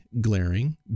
glaring